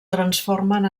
transformen